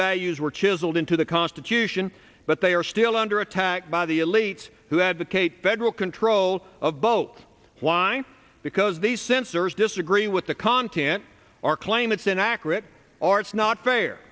values were chiseled into the constitution but they are still under attack by the elites who advocate federal control of both wine because the censors disagree with the content or claim it's inaccurate or it's not fair